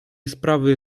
sprawy